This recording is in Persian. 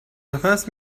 نفس